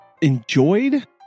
enjoyed